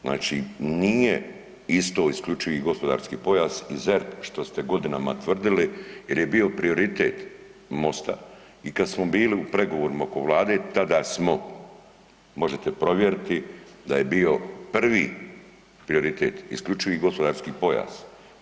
Znači, nije isto isključivi gospodarski pojas ZERP što ste godinama tvrdili, jer je bio prioritet Mosta i kada smo bili u pregovorima oko Vlade tada smo možete provjeriti da je bio prvi prioritet isključivi gospodarski pojas.